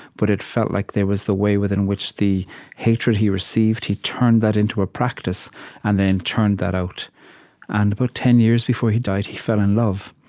but it felt like there was the way within which the hatred he received, he turned that into a practice and then churned that out and about ten years before he died, he fell in love.